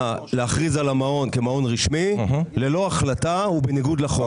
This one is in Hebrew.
להכריז על המעון כמעון רשמי ללא החלטה ובניגוד לחוק.